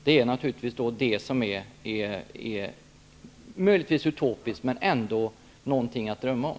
Det är möjligen utopiskt, men ändå något att drömma om.